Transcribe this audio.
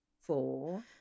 four